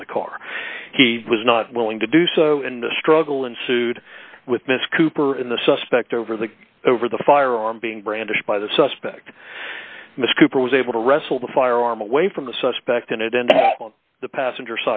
from the car he was not willing to do so in the struggle ensued with miss cupar in the suspect over the over the firearm being brandished by the suspect mr cooper was able to wrestle the firearm away from the suspect and it ended on the passenger